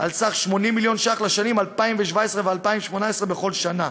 על סך 80 מיליון ש"ח לשנים 2017 ו-2018 בכל שנה.